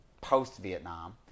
post-Vietnam